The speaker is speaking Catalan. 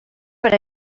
per